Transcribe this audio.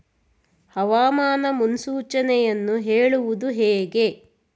ಹವಾಮಾನ ಮುನ್ಸೂಚನೆಯನ್ನು ಹೇಳುವುದು ಹೇಗೆ?